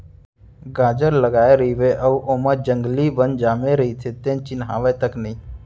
गाजर लगाए रइबे अउ ओमा जंगली बन जामे रइथे तेन चिन्हावय तक नई